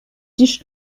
dished